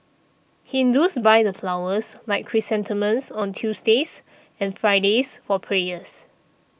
Hindus buy the flowers like chrysanthemums on Tuesdays and Fridays for prayers